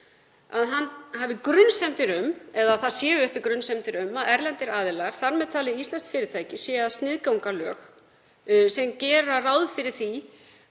að hann hafi grunsemdir um, eða að uppi séu grunsemdir um, að erlendir aðilar, þar með talið íslenskt fyrirtæki, séu að sniðganga lög sem gera ráð fyrir því